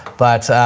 but um,